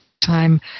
time